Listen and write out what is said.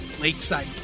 Lakeside